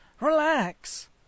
relax